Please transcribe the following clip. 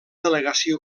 delegació